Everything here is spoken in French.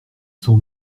sont